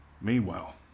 Meanwhile